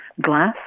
glass